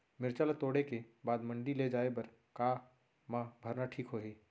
मिरचा ला तोड़े के बाद मंडी ले जाए बर का मा भरना ठीक होही?